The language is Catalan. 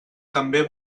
també